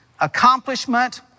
accomplishment